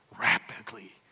rapidly